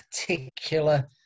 particular